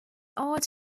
art